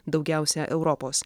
daugiausia europos